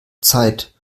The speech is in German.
zeit